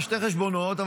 שני חשבונות.